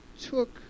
took